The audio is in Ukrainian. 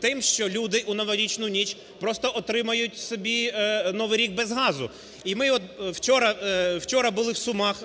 тим, що люди у новорічну ніч просто отримають собі Новий рік без газу. І ми от вчора, вчора були в Сумах,